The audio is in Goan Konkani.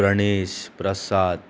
प्रणेश प्रसाद